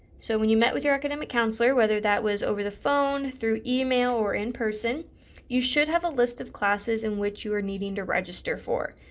so when you met with your academic counselor whether that was over the phone through email or in person you should have a list of classes in which you are needing to register for.